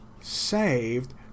saved